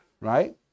right